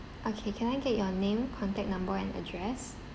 okay can I get your name contact number and address